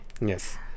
Yes